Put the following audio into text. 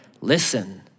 listen